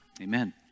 Amen